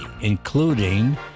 including